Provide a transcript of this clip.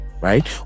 right